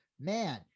man